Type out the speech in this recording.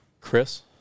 Chris